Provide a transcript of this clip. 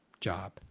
job